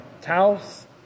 Taos